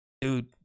dude